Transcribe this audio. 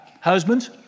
Husbands